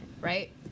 right